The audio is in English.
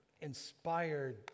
inspired